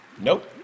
Nope